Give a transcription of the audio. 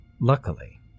Luckily